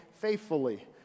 faithfully